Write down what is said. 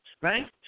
Right